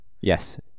Yes